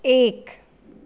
एक